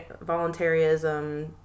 voluntarism